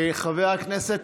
חבר הכנסת